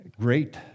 Great